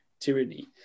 tyranny